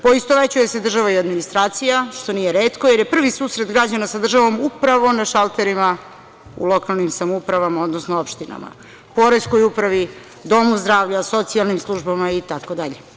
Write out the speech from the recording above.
Poistovećuje se država i administracija, što nije retko, jer je prvi susret građana sa državom upravo na šalterima u lokalnim samoupravama, odnosno opštinama, poreskoj upravi, domu zdravlja, socijalnim službama itd.